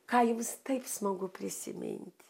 ką jums taip smagu prisimint